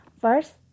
First